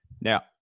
Now